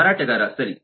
ಮಾರಾಟಗಾರ ಸರಿ